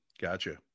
Gotcha